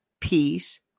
peace